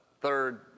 third